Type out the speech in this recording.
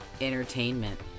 entertainment